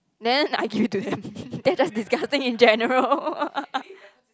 then I give it to them that's just disgusting in general